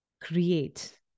create